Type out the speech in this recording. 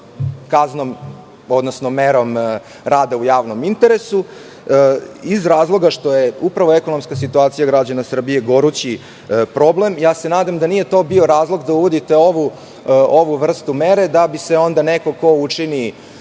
kaznom, odnosno merom rada u javnom interesu, iz razloga što je upravo ekonomska situacija građana Srbije gorući problem. Nadam se da nije to bio razlog da uvodite ovu vrstu mere, da bi se onda neko ko učini